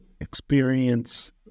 experience